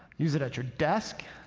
use it at your desk,